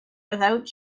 without